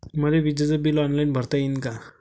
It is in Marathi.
मले विजेच बिल ऑनलाईन भरता येईन का?